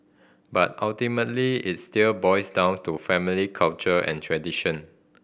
but ultimately it still boils down to family culture and tradition